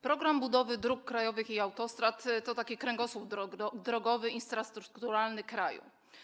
Program budowy dróg krajowych i autostrad to taki kręgosłup drogowy, infrastrukturalny kraju.